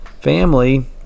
family